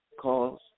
calls